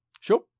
Sure